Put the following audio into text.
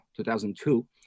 2002